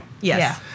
Yes